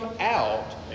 out